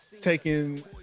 taking